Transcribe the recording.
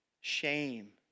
shame